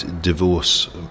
divorce